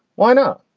why not?